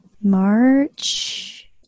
March